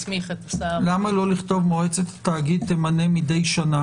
למה לא לכתוב: מועצת התאגיד תמנה מדי שנה